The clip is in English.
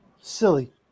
silly